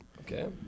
Okay